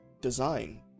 design